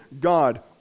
God